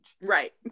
right